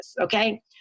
Okay